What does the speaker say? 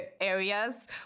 areas